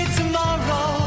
tomorrow